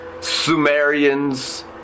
Sumerians